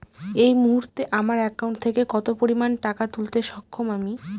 এই মুহূর্তে আমার একাউন্ট থেকে কত পরিমান টাকা তুলতে সক্ষম আমি?